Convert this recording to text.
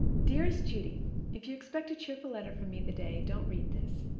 dearest judy if you expect a cheerful letter from me the day, don't read this.